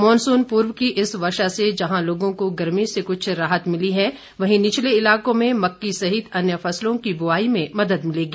monsoon पूर्व की इस वर्षा से जहां लोगों को गर्मी से कुछ राहत मिली है वहीं निचले इलाकों में मक्की सहित अन्य फसलों की बुआई में मदद मिलेगी